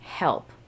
help